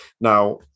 now